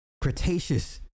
Cretaceous